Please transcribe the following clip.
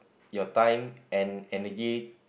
your time and energy